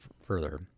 further